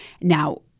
Now